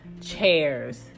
chairs